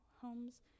homes